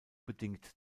bedingt